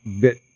bit